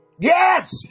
Yes